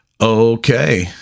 Okay